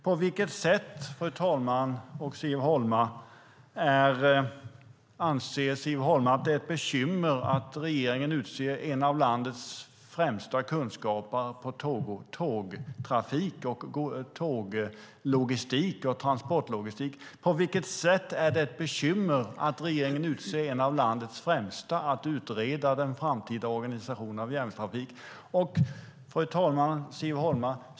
På vilket sätt anser Siv Holma att det är ett bekymmer att regeringen utser en av landets främsta kunskapare på tågtrafik, tåglogistik och transportlogistik att utreda den framtida organisationen av järnvägstrafiken?